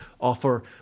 offer